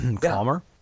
Calmer